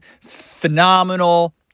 phenomenal